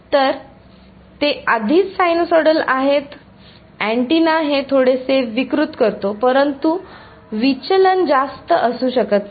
तर ते आधीच साइनसॉइडल्स आहेत अँटीना हे थोडेसे विकृत करतो परंतु विचलन जास्त असू शकत नाही